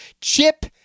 Chip